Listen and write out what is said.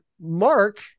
Mark